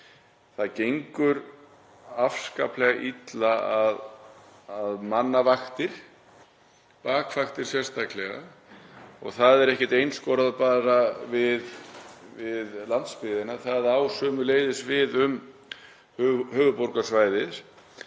það gengur afskaplega illa að manna vaktir, bakvaktir sérstaklega. Það er ekkert einskorðað við landsbyggðina, það á sömuleiðis við um höfuðborgarsvæðið.